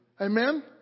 Amen